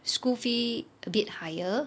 school fee a bit higher